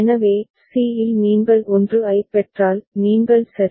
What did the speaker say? எனவே c இல் நீங்கள் 1 ஐப் பெற்றால் நீங்கள் சரி